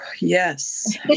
Yes